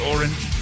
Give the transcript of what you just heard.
Orange